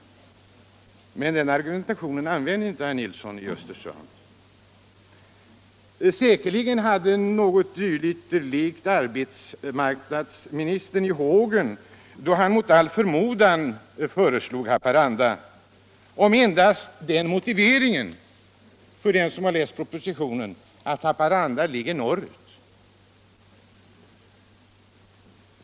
Men den argumentationen använder inte herr Nilsson i Östersund. Säkerligen har något dylikt lekt arbetsmarknadsministern i hågen då han mot all förmodan föreslog Haparanda med endast den motiveringen i propositionen att Haparanda ligger norrut.